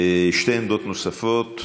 שתי עמדות נוספות: